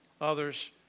others